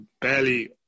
barely